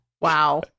Wow